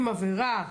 עם עבירה,